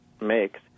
makes